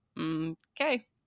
okay